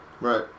Right